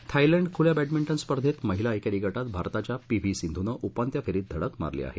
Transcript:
Thailand खुल्या badminton स्पर्धेत महिला एकेरी गटात भारताच्या पी व्ही सिंधूनं उपान्त्य फेरीत धडक मारली आहे